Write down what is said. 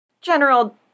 general